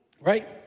right